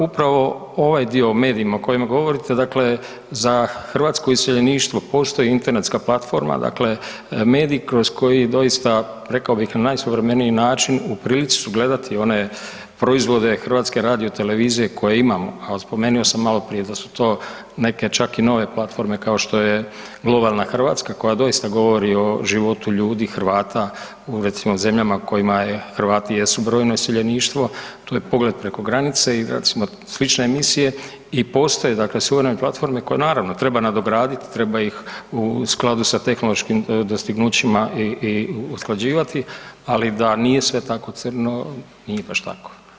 Upravo ovaj dio o medijima o kojima govorite, dakle za hrvatsko iseljeništvo postoji internetska platforma, dakle mediji kroz koji doista rekao bih na najsuvremeniji način u prilici su gledati one proizvode HRT-a koje imamo a spomenuo sam maloprije da su to neke čak i nove platforme kao što je Globalna Hrvatska koja doista govori o životu ljudi Hrvata u recimo zemljama u kojima Hrvati jesu brojno iseljeništvo, tu je Pogled preko granice i recimo slične emisije i postoje sve one platforme koje naravno, treba nadograditi, treba ih u skladu sa tehnološkim dostignućima i usklađivati ali da nije sve tako crno, nije baš tako.